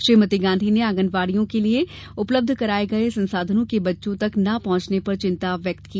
श्रीमती गांधी ने आंगनवाड़ियों के लिए उपलब्ध कराए गए संसाधनों के बच्चों तक न पहुंचने पर चिंता व्यक्ति की